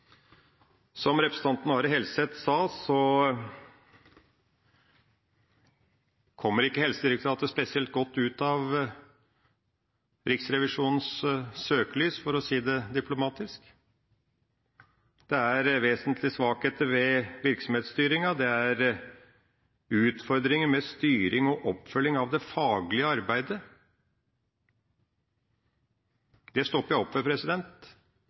Som representanten Are Helseth sa, kommer ikke Helsedirektoratet spesielt godt ut av å være i Riksrevisjonens søkelys – for å si det diplomatisk. Det er vesentlige svakheter ved virksomhetsstyringa. Det er utfordringer med styring og oppfølging av det faglige arbeidet. Det stopper jeg opp ved